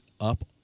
up